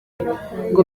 ngo